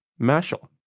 Mashal